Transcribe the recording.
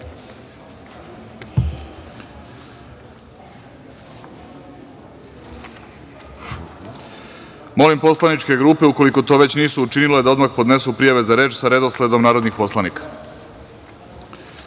poslaničke grupe, ukoliko to već nisu učinile, da odmah podnesu prijave za reč sa redosledom narodnih poslanika. Saglasno